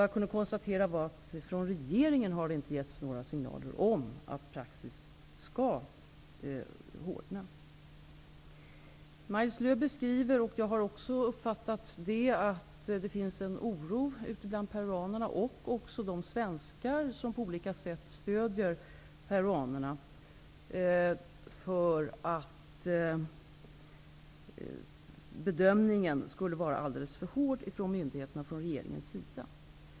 Jag kunde konstatera att regeringen inte gett några signaler om att praxis skall hårdna. Maj-Lis Lööw beskriver -- jag har också uppfattat det så -- att det finns en oro ute bland peruanerna och bland de svenskar som på olika sätt stöder peruanerna för att bedömningen skulle vara alldeles för hård från myndigheterna och från regeringens sida.